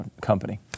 company